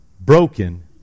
broken